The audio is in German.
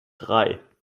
drei